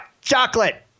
chocolate